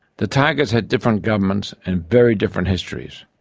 the tigers had different governments and very different histories,